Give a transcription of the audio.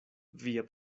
via